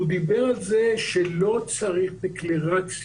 והוא דיבר על זה שלא צריך דקלרציות,